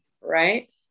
right